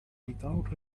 without